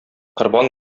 корбан